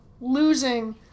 losing